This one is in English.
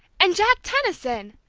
and jack tenison!